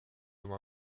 oma